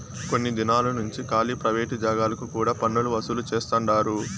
కొన్ని దినాలు నుంచి కాలీ ప్రైవేట్ జాగాలకు కూడా పన్నులు వసూలు చేస్తండారు